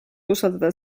usaldada